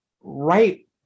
right